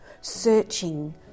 searching